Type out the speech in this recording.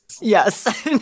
Yes